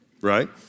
right